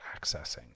accessing